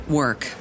work